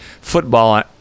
football